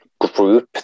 group